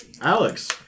Alex